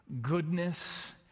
goodness